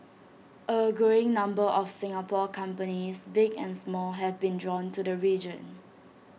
A growing number of Singapore companies big and small have been drawn to the region